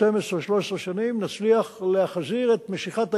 12 13 שנים, נצליח להחזיר את משיכת היתר,